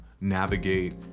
navigate